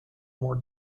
more